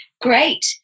Great